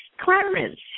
Clarence